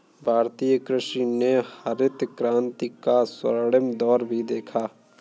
भारतीय कृषि ने हरित क्रांति का स्वर्णिम दौर भी देखा